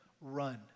Run